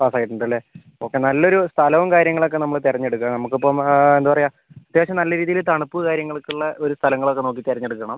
pass ആയിട്ടുണ്ട് അല്ലേ okay നല്ലൊരു സ്ഥലവും കാര്യങ്ങൾ ഒക്കെ നമ്മൾ തിരഞ്ഞെടുക്കുക നമുക്ക് ഇപ്പം എന്താണ് പറയുക അത്യാവശ്യം നല്ല രീതിയിൽ തണുപ്പ് കാര്യങ്ങൾ ഒക്കെ ഉള്ള ഒരു സ്ഥലങ്ങൾ ഒക്കെ നോക്കി തിരഞ്ഞെടുക്കണം